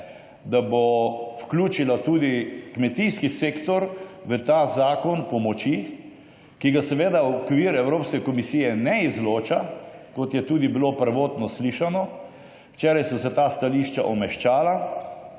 da bo vključila tudi kmetijski sektor v ta zakon pomoči, ki ga seveda v okvir Evropske komisije ne izloča, kot je tudi bilo prvotno slišano. Včeraj so se ta stališča omehčala.